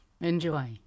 Enjoy